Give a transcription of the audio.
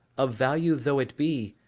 of value though it be,